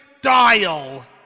dial